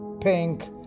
pink